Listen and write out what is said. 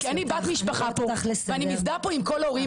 כי אני בת משפחה פה ואני מזדהה פה עם כל ההורים,